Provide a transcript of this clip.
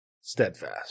steadfast